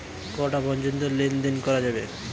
কটা পর্যন্ত লেন দেন করা যাবে?